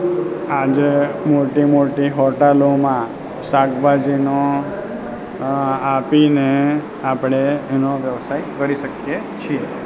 આજે મોટી મોટી હોટલોમાં શાકભાજીનો આપીને આપણે એનો વ્યવસાય કરી શકીએ છે